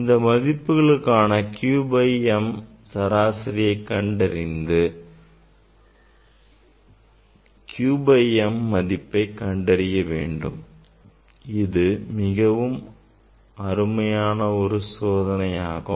இந்த மதிப்பு களுக்கான q by m கண்டறிந்து சராசரி q by m மதிப்பை கண்டறிய வேண்டும் இது மிகவும் அருமையான ஒரு சோதனை ஆகும்